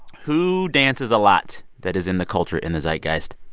who dances a lot that is in the culture, in the zeitgeist,